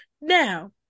Now